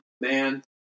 man